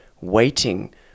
waiting